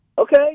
okay